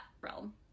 realm